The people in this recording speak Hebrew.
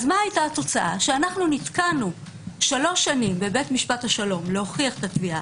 מה היתה התוצאה שנתקענו שלוש שנים בבית משפט השלום להוכיח את התביעה,